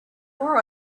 more